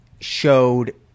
showed